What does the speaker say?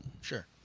sure